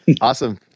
Awesome